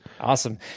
Awesome